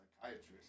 psychiatrist